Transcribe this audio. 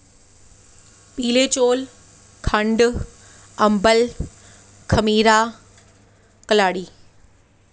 पीले चौल खंड अम्बल खमीरा कलाड़ी